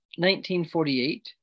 1948